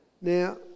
Now